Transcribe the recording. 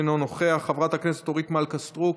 אינו נוכח, חברת הכנסת אורית מלכה סטרוק,